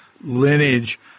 lineage